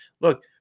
look